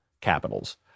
capitals